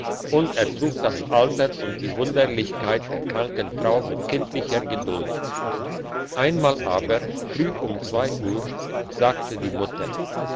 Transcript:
und ertrug das alter und die wunderlichkeit der kranken frau mit kindlicher geduld einmal aber früh um zwei uhr sagte die mutter